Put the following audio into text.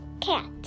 cat